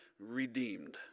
redeemed